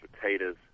potatoes